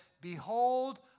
behold